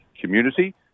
community